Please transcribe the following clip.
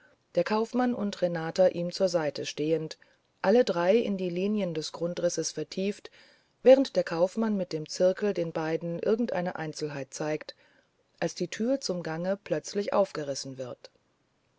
der kaufmann und renata ihm zur seite stehend alle drei in die linien des grundrisses vertieft während der kaufmann mit dem zirkel den beiden irgendeine einzelheit zeigt als die tür zum gange plötzlich aufgerissen wird